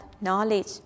knowledge